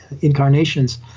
incarnations